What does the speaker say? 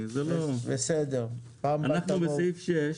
בסעיף (6)